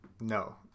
No